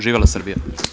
Živela Srbija.